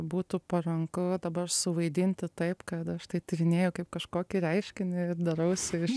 būtų paranku dabar suvaidinti taip kad aš tai tyrinėju kaip kažkokį reiškinį ir darausi iš